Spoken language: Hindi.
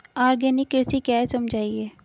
आर्गेनिक कृषि क्या है समझाइए?